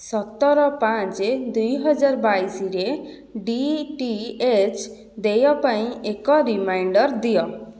ସତର ପାଞ୍ଚ ଦୁଇହଜାର ବାଇଶରେ ଡି ଟି ଏଚ୍ ଦେୟ ପାଇଁ ଏକ ରିମାଇଣ୍ଡର ଦିଅ